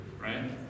right